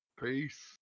Peace